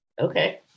Okay